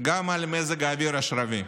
גם למזג האוויר השרבי.